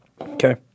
okay